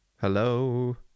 hello